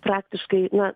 praktiškai na